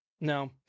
no